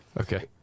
Okay